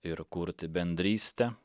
ir kurti bendrystę